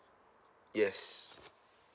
yes